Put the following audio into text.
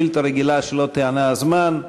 שאילתה רגילה שלא תיענה בזמן,